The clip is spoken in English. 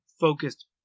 focused